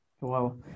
Wow